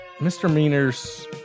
misdemeanors